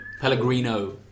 Pellegrino